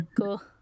Cool